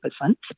percent